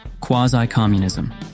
quasi-communism